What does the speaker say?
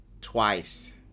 twice